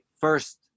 first